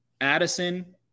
Addison